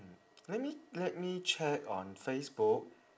mm let me let me check on facebook